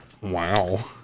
Wow